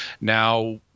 Now